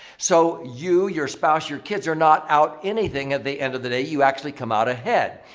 so, you your spouse, your kids are not out anything at the end of the day. you actually come out ahead.